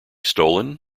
stolen